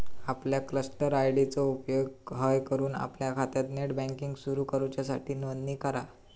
आपल्या cluster ID चो उपेग हय करून आपल्या खात्यात नेट बँकिंग सुरू करूच्यासाठी नोंदणी करा